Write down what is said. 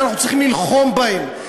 אנחנו צריכים ללחום בהם,